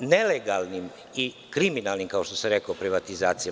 nelegalnih i kriminalnih privatizacija.